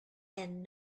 and